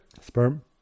Sperm